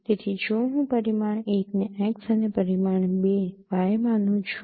તેથી જો હું પરિમાણ 1 ને x અને પરિમાણ 2 y માનું છું